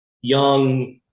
Young